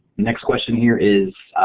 next question here is,